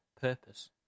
purpose